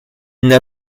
n’a